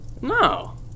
No